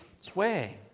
sway